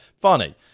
funny